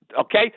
Okay